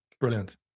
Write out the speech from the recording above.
Brilliant